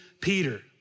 Peter